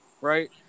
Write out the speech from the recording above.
right